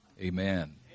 Amen